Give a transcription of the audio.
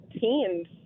teens